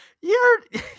You're-